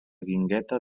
guingueta